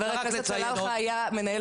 חבר הכנסת עלי סלאלחה היה בעברו מנהל